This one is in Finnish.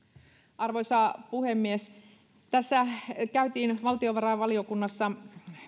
arvoisa puhemies tässä käytiin valtiovarainvaliokunnassa